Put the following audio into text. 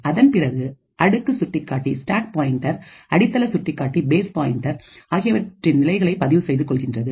அதன் பிறகு அடுக்கு சுட்டிக்காட்டி அடித்தள சுட்டிக்காட்டி ஆகியவற்றின் நிலைகளை பதிவு செய்து கொள்கின்றது